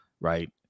right